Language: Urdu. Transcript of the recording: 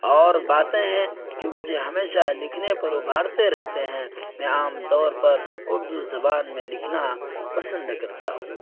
اور باتیں ہیں جو مجھے ہمیشہ لکھنے پر ابھارتے رہتے ہیں میں عام طور پر اردو زبان میں لکھنا پسند کرتا ہوں